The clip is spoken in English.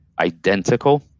identical